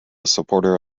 supporter